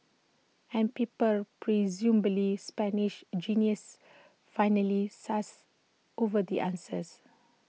and people presumably Spanish geniuses finally sussed over the answers